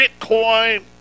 Bitcoin